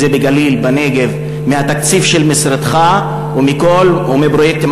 בגליל, בנגב, בתקציב של משרדך ובכל הפרויקטים.